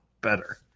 better